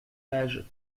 page